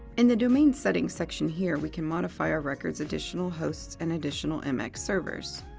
in the domain settings section here we can modify our record's additional hosts and additional mx servers.